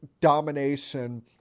domination